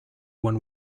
when